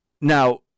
Now